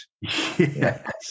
yes